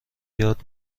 یاد